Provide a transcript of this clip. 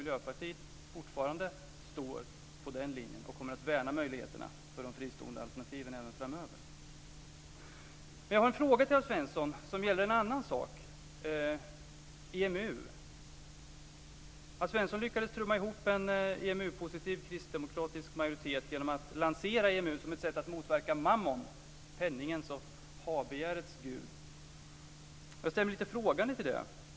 Miljöpartiet står fortfarande fast vid den linjen och kommer att värna möjligheterna för de fristående alternativen även framöver. Jag har en fråga till Alf Svensson och det gäller då en annan sak, nämligen EMU. Alf Svensson lyckades trumma ihop en EMU-positiv kristdemokratisk majoritet genom att lansera EMU som ett sätt att motverka mammon, penningens och habegärets gud. Jag ställer mig lite frågande till det.